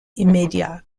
immédiat